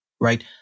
right